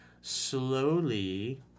slowly